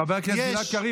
חבר הכנסת גלעד קריב,